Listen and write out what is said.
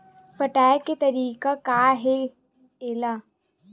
पटाय के तरीका का हे एला?